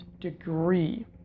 degree